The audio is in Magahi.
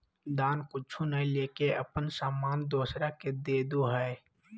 दान कुछु नय लेके अपन सामान दोसरा के देदो हइ